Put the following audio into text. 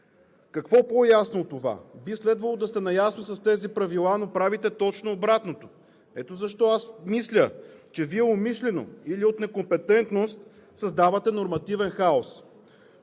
Какво по-ясно от това? Би следвало да сте наясно с тези правила, но правите точно обратното. Ето защо аз мисля, че Вие умишлено или от некомпетентност създавате нормативен хаос,